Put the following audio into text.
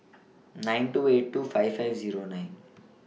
nine two eight two five five Zero nine